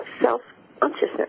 self-consciousness